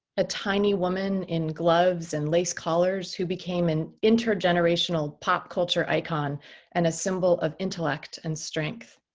a tiny woman in gloves and lace collars who became an intergenerational pop culture icon and a symbol of intellect and strength.